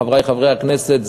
חברי חברי הכנסת,